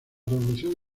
revolución